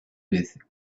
with